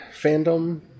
fandom